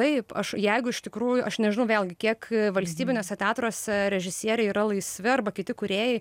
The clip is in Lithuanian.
taip aš jeigu iš tikrųjų aš nežinau vėlgi kiek valstybiniuose teatruose režisieriai yra laisvi arba kiti kūrėjai